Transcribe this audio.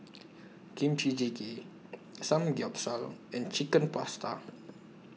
Kimchi Jjigae Samgyeopsal and Chicken Pasta